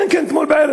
כן, כן, אתמול בערב.